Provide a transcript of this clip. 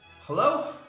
Hello